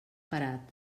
parat